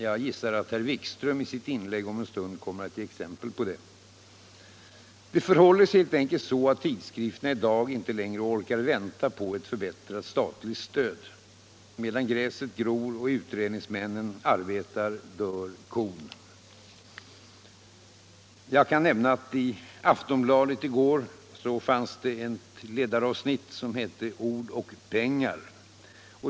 Jag gissar att herr Wikström i sitt inlägg om en stund kommer att ge exempel på detta. Det förhåller sig helt enkelt så att tidskrifterna i dag inte längre orkar vänta på ett förbättrat statligt stöd. Medan gräset växer och utredningsmännen arbetar dör kon. Jag kan nämna att i Aftonbladet i går fanns ett ledaravsnitt som hette ”Ord och pengar”.